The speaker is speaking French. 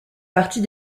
partie